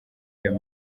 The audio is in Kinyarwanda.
iyo